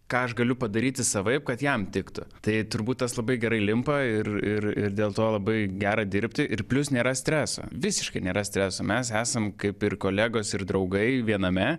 ką aš galiu padaryti savaip kad jam tiktų tai turbūt tas labai gerai limpa ir ir ir dėl to labai gera dirbti ir plius nėra streso visiškai nėra streso mes esam kaip ir kolegos ir draugai viename